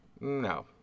No